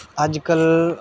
अज्जकल